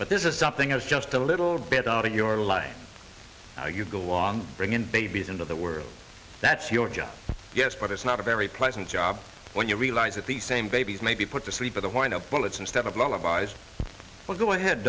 but this is something else just a little bit out of your life you go along bring in babies into the world that's your job yes but it's not a very pleasant job when you realize that the same babies may be put to sleep at the point of bullets instead of lowered by as well go ahead